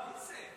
מי זה?